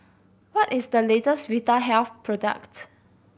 what is the latest Vitahealth product